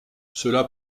cela